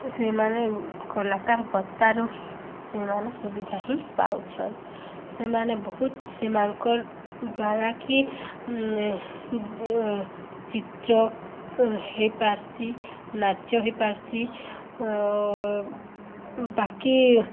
ସେମାନେ କଲାକାର ଭତ୍ତାରୁ ହି ସେମାନେ ସୁବିଧା ହିଁ ପାଉଛନ୍ ସେମାନେ ବହୁତ ସେମାନଙ୍କର୍ ଦ୍ୱାରା କି ଚିତ୍ର ହୋଇପାର୍ସି ନାଚ ହଇପାର୍ସି ବାକି